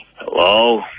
Hello